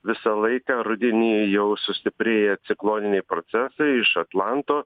visą laiką rudenį jau sustiprėja cikloniniai procesai iš atlanto